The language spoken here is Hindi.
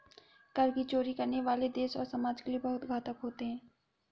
कर की चोरी करने वाले देश और समाज के लिए बहुत घातक होते हैं